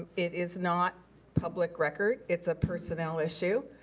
it is not public record, it's a personnel issue,